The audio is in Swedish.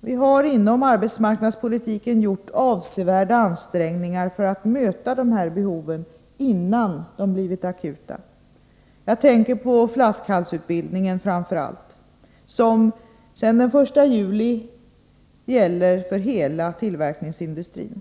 Vi har inom arbetsmarknadspolitiken gjort avsevärda ansträngningar för att möta dessa behov innan de blivit akuta. Jag tänker framför allt på den s.k. flaskhalsutbildningen, som sedan den 1 juli 1983 gäller hela tillverkningsindustrin.